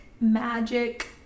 magic